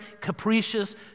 capricious